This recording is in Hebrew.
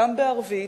גם בערבית,